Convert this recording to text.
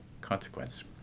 consequence